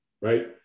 right